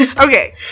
okay